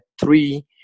three